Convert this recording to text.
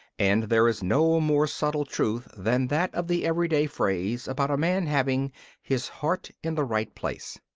and there is no more subtle truth than that of the everyday phrase about a man having his heart in the right place.